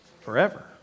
forever